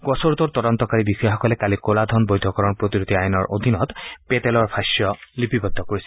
গোচৰটোৰ তদন্তকাৰী বিষয়াসকলে কালি ক'লা ধন বৈধকৰণ প্ৰতিৰোধী আইনৰ অধীনত পেটেলৰ ভাষ্য লিপিবদ্ধ কৰিছিল